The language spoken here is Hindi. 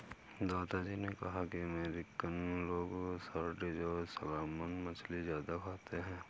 दादा जी ने कहा कि अमेरिकन लोग सार्डिन और सालमन मछली ज्यादा खाते हैं